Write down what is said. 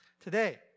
today